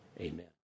Amen